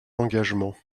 engagement